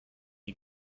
die